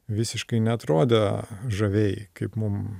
visiškai neatrodė žaviai kaip mum